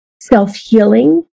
self-healing